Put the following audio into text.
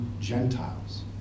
Gentiles